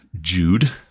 Jude